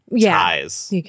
ties